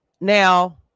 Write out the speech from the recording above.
Now